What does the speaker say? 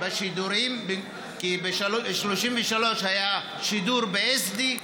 כי ב-33 היה שידור ב-SD,